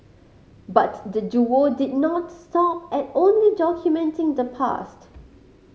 but the duo did not stop at only documenting the past